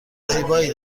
زیبایی